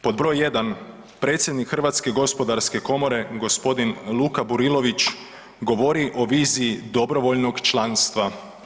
Pod broj 1. predsjednik Hrvatske gospodarske komore gospodin Luka Burilović govori o viziji dobrovoljnog članstva.